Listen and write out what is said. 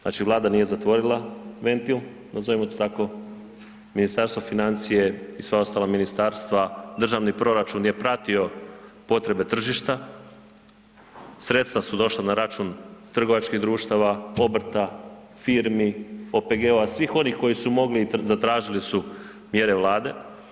Znači Vlada nije zatvorila ventil, nazovimo to tako, Ministarstvo financija i sva ostala ministarstva državni proračun je pratio potrebe tržišta, sredstva su došla na račun trgovačkih društva, obrta, firmi, OPG-ova, svih onih koji su mogli i zatražili su mjere Vlade.